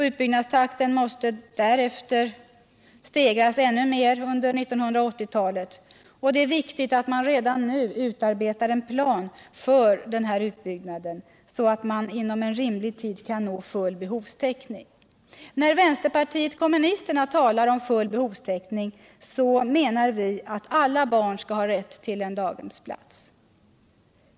Utbyggnadstakten måste därefter stegras ännu mer under 1980-talet, och det är viktigt att man redan nu utarbetar en plan för denna utbyggnad, så att man inom rimlig tid kan nå full behovstäckning. När vi i vänsterpartiet kommunisterna talar om full behovstäckning menar vi att alla barn skall ha rätt till en daghemsplats.